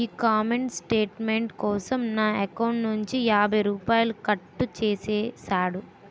ఈ comment statement కోసం నా ఎకౌంటు నుంచి యాభై రూపాయలు కట్టు చేసేసాడు